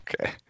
Okay